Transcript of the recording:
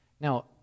Now